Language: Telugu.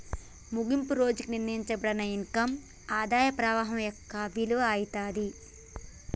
ముగింపు రోజుకి నిర్ణయింపబడిన ఇన్కమ్ ఆదాయ పవాహం యొక్క విలువ అయితాది